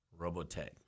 Robotech